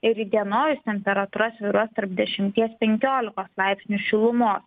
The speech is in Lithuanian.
ir įdienojus temperatūra svyruos tarp dešimties penkiolikos laipsnių šilumos